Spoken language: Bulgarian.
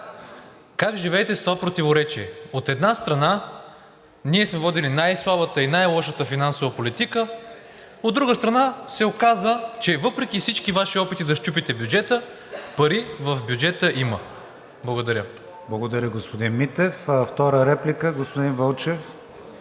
как живеете с това противоречие? От една страна, ние сме водили най-слабата и най-лошата финансова политика, от друга страна, се оказа, че въпреки всички Ваши опити да счупите бюджета, пари в бюджета има. Благодаря. ПРЕДСЕДАТЕЛ КРИСТИАН ВИГЕНИН: Благодаря, господин Митев. Втора реплика – господин Вълчев.